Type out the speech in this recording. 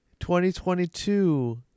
2022